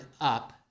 up